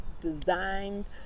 designed